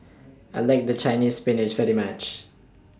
I like The Chinese Spinach very much